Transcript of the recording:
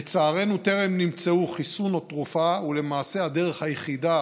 לצערנו טרם נמצאו חיסון או תרופה ולמעשה הדרך היחידה